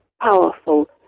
powerful